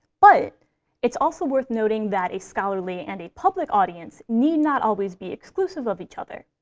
but it's also worth noting that a scholarly and a public audience need not always be exclusive of each other.